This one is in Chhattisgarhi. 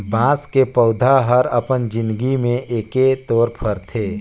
बाँस के पउधा हर अपन जिनगी में एके तोर फरथे